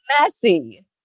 messy